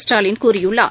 ஸ்டாலின் கூறியுள்ளார்